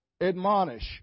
Admonish